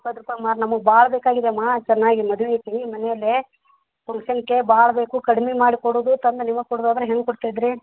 ಇಪ್ಪತ್ತು ರೂಪಾಯಿ ಮಾರು ನಮಗೆ ಭಾಳ ಬೇಕಾಗಿದೆಯಮ್ಮ ಚೆನ್ನಾಗಿ ಮದುವೆ ಐತ್ರಿ ಮನೆಯಲ್ಲೇ ಫಂಕ್ಷನ್ಗೆ ಭಾಳ ಬೇಕು ಕಡಿಮೆ ಮಾಡಿ ಕೊಡೋದು ತಂದು ನೀವೇ ಕೊಡೋದಾದ್ರೆ ಹೆಂಗ್ ಕೊಡ್ತಾಯಿದೀರಿ